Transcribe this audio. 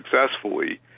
successfully